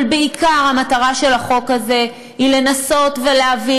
אבל בעיקר המטרה של החוק הזה היא לנסות ולהביא